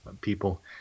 people